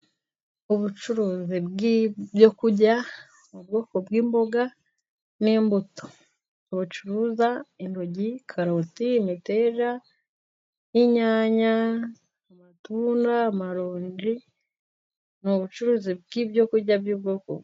Ubucuruzi bw'ibyo kurya ubwoko bw'imboga n'imbuto bucuruza intoryi, karoti ,imiteja,n' inyanya ,amatunda, amaronji ,ni ubucuruzi bw'ibyo kurya by'ubwoko bu....